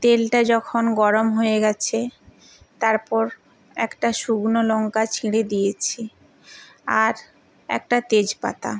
তেলটা যখন গরম হয়ে গেছে তারপর একটা শুকনো লঙ্কা ছিঁড়ে দিয়েছি আর একটা তেজপাতা